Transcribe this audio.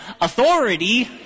authority